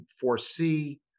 foresee